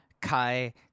Kai